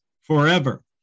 forever